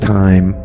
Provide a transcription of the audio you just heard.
time